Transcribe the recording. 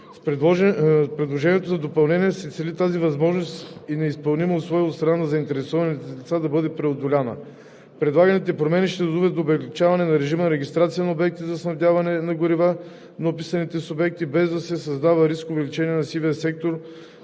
С предложението за допълнение се цели тази невъзможност – неизпълнимо условие от страна на заинтересованите лица, да бъде преодоляна. Предлаганите промени ще доведат до облекчаване на режима за регистрация на обектите за снабдяване на горива на описаните субекти, без да се създава риск от увеличение на сивия сектор,